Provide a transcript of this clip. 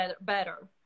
better